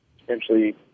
potentially